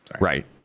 Right